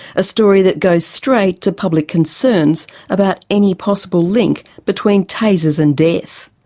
a story that goes straight to public concerns about any possible link between tasers and death.